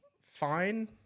fine